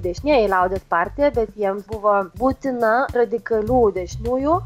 dešinieji liaudies partija bet jiem buvo būtina radikalių dešiniųjų